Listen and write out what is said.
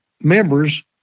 members